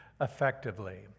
effectively